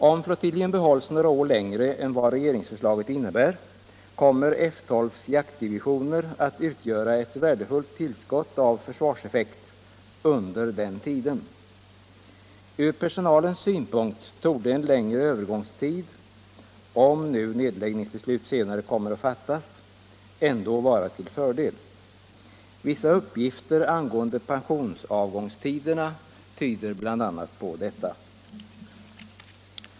Om flottiljen behålls några år längre än vad regeringsförslaget innebär kommer F 12:s jaktdivisioner att utgöra ett värdefullt tillskott av försvarseffekt under den tiden. Ur personalens synpunkt torde en längre övergångstid, om nu nedläggningsbeslut senare kommer att fattas, ändå vara till fördel. Vissa uppgifter angående pensionsavgångstiderna tyder bl.a. på detta.